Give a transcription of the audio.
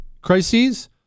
Crises